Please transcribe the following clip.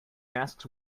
masks